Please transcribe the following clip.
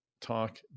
talk